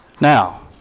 Now